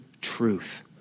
truth